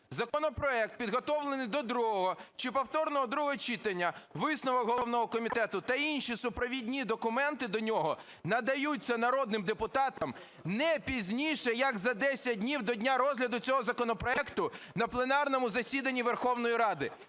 "Законопроект, підготовлений до другого чи повторного другого читання, висновок головного комітету та інші супровідні документи до нього надаються народним депутатам не пізніше як за 10 днів до дня розгляду цього законопроекту на пленарному засіданні Верховної Ради".